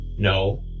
No